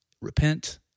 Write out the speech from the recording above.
Repent